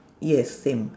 yes same